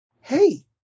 hey